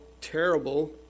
terrible